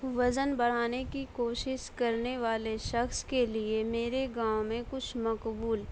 وزن بڑھانے کی کوشسش کرنے والے شخص کے لیے میرے گاؤں میں کچھ مقبول